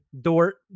Dort